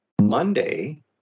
Monday